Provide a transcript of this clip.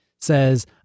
says